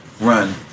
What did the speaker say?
run